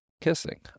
kissing